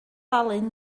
alun